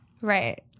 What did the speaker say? Right